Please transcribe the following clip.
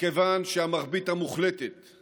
מכיוון שהרוב המוחלט של